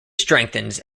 strengthens